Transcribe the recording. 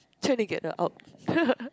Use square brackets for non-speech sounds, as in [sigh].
trying to get the out [laughs]